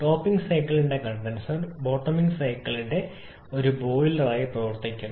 topping സൈക്കിളിന്റെ condenser bottoming സൈക്കിളിന്റെ ഒരു ബോയിലറായി പ്രവർത്തിക്കുന്നു